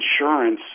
insurance